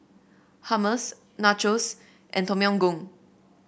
Hummus Nachos and Tom Yam Goong